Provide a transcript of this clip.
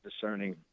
discerning